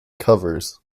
covers